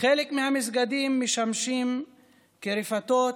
חלק מהמסגדים משמשים כרפתות,